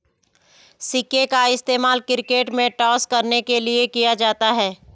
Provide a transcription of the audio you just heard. सिक्के का इस्तेमाल क्रिकेट में टॉस करने के लिए किया जाता हैं